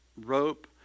rope